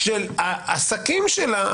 בכך שהעסקים שלה,